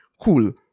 cool